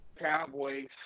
Cowboys